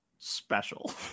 special